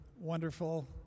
wonderful